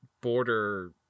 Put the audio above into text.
border